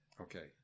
okay